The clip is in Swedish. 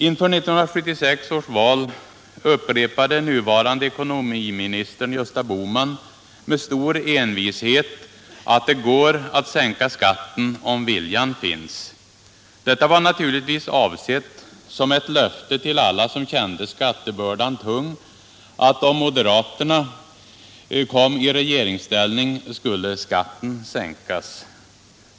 Inför 1976 års val upprepade nuvarande ekonomiministern Gösta Bohman med stor envishet att det går att sänka skatten om viljan finns. Detta var naturligtvis avsett som ett löfte till alla som kände skattebördan tung, att om moderaterna kom i regeringsställning skulle skatten sänkas.